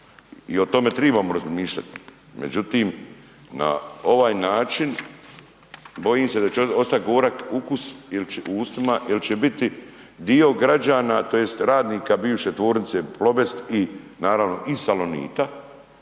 I o tome tribamo razmišljati. Međutim, na ovaj način bojim se da će ostati gorak ukus u ustima jer će biti dio građana tj. radnika bivše tvornice Plobest i naravno i Salonita,